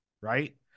right